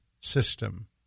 system